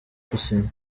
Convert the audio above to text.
gusinya